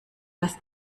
das